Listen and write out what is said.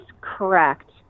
correct